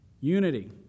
unity